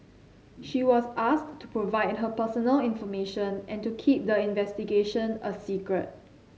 she was asked to provide her personal information and to keep the investigation a secret